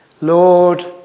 Lord